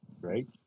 right